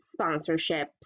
sponsorships